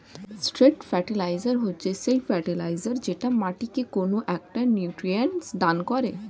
straight fertiliser হচ্ছে সেই fertiliser যেটা মাটিকে কোনো একটা নিউট্রিয়েন্ট দান করে